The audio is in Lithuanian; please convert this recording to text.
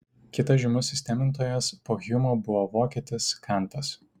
kitas žymus sistemintojas po hjumo buvo vokietis kantas